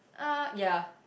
uh ya